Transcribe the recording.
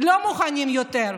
לא מוכנים יותר.